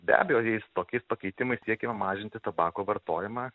be abejo jais tokiais pakeitimais siekiama mažinti tabako vartojimą